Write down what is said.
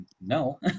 no